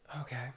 Okay